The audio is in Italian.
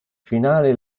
finale